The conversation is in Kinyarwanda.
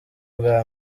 bwa